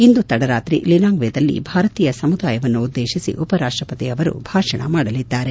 ಇಂದು ತಡರಾತ್ರಿ ಲಿನಾಂಗ್ವೆದಲ್ಲಿ ಭಾರತೀಯ ಸಮುದಾಯವನ್ನುದ್ದೇಶಿಸಿ ಉಪರಾಷ್ಷಪತಿ ಅವರು ಭಾಷಣ ಮಾಡಲಿದ್ದಾರೆ